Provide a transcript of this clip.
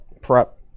prep